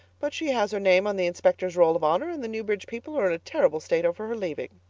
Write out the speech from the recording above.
but she has her name on the inspector's roll of honor and the newbridge people are in a terrible state over her leaving.